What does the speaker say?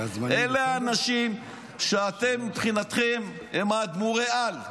אלה האנשים שמבחינתכם הם אדמו"רי-על.